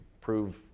prove